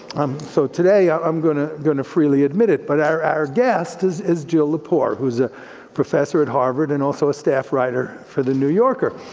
um so today i'm gonna gonna freely admit it, but our our guest is is jill lepore whose a professor at harvard, and also a staff writer for the new yorker.